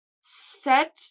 set